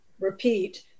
repeat